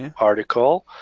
and article.